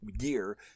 year